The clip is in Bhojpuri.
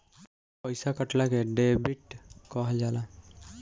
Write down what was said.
पइसा कटला के डेबिट कहल जाला